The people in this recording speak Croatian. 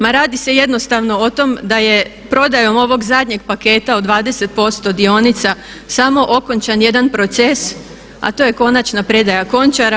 Ma radi se jednostavno o tom da je prodajom ovog zadnjeg paketa od 20% dionica samo okončan jedan proces, a to je konačna predaja Končara.